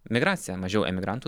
migracija mažiau emigrantų